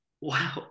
Wow